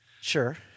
Sure